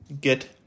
Get